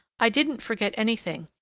i didn't forget anything,